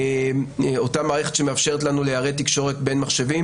אותה מערכת שמאפשרת לנו ליירט תקשורת בין מחשבים